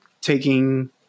taking